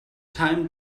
time